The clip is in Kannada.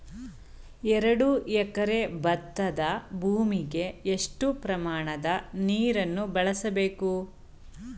ಎರಡು ಎಕರೆ ಭತ್ತದ ಭೂಮಿಗೆ ಎಷ್ಟು ಪ್ರಮಾಣದ ನೀರನ್ನು ಬಳಸಬೇಕು?